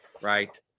right